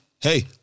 Hey